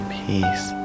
peace